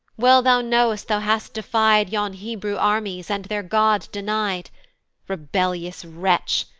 well thou know'st thou hast defy'd yon hebrew armies, and their god deny'd rebellious wretch!